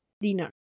dinner